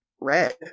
red